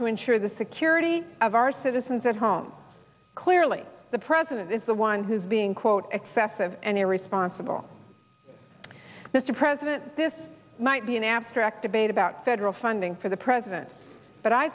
to ensure the security of our citizens at home clearly the president is the one who's being quote excessive and irresponsible mr president this might be an abstract debate about federal funding for the president but i